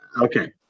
okay